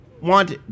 want